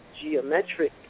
geometric